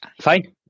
Fine